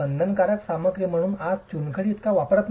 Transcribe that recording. बंधनकारक सामग्री म्हणून आज चुनखडी इतका वापरात नाही